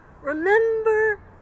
Remember